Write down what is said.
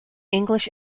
english